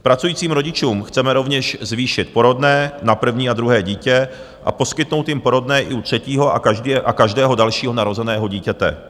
Pracujícím rodičům chceme rovněž zvýšit porodné na první a druhé dítě a poskytnout jim porodné i u třetího a každého dalšího narozeného dítěte.